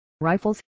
rifles